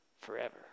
forever